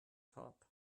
top